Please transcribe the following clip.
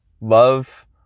love